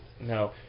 No